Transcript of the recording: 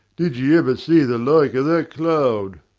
did ye ever see the like of that cloud?